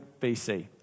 BC